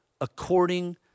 according